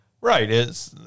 Right